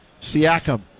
Siakam